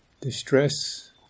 distress